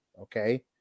okay